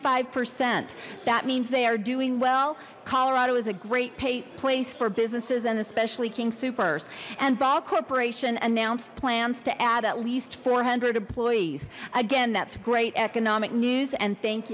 five percent that means they are doing well colorado is a great place for businesses and especially king soopers and ball corporation announced plans to add at least four hundred employees again that's great economic news and thank